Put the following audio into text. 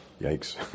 yikes